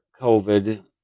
COVID